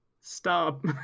Stop